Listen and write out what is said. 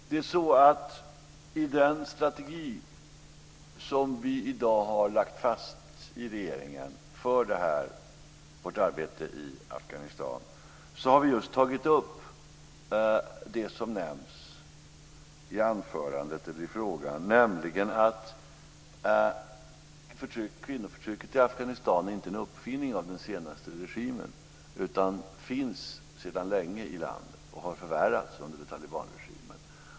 Fru talman! I den strategi som vi i dag lagt fast i regeringen för detta vårt arbete i Afghanistan har vi just tagit upp det som nämndes i inlägget nyss, nämligen att kvinnoförtrycket i Afghanistan inte är en uppfinning av den senaste regimen utan finns sedan länge i landet och har förvärrats under talibanregimen.